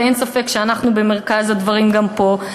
ואין ספק שאנחנו במרכז הדברים גם פה,